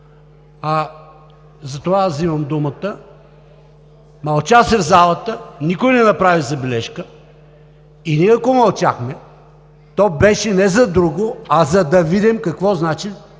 Затова аз вземам думата. Мълча се в залата, никой не направи забележка и ние ако мълчахме, то беше не за друго, а за да видим какво значи